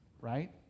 right